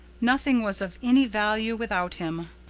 nothing was of any value without him.